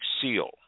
seal